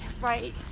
Right